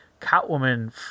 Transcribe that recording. Catwoman